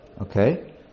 Okay